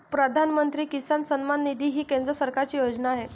प्रधानमंत्री किसान सन्मान निधी ही केंद्र सरकारची योजना आहे